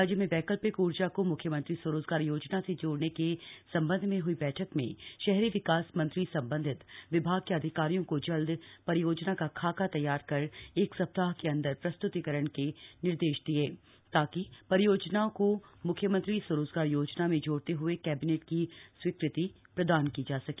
राज्य में वैकल्पिक ऊर्जा को म्ख्यमंत्री स्वरोजगार योजना से जोड़ने के संबंध में हई बैठक में शहरी विकास मंत्री संबंधित विभाग के अधिकारियों को जल्द परियोजना का खाका तैयार कर एक सप्ताह के अंदर प्रस्त्रतिकरण के निर्देश दिये ताकि परियोजना को मुख्यमंत्री स्वरोजगार योजना में जोड़ते हुए कैबिनेट की स्वीकृत प्रदान की जा सके